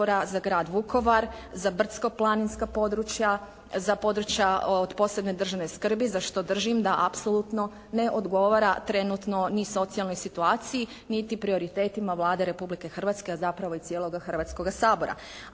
za grad Vukovar, za brdsko-planinska područja. Za područja od posebne državne skrbi za što držim da apsolutno ne odgovara trenutno ni socijalnoj situaciji niti prioritetima Vlade Republike Hrvatske a zapravo i cijeloga Hrvatskoga sabora.